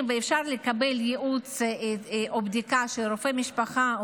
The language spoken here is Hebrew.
ואפשר לקבל ייעוץ או בדיקה של רופא משפחה,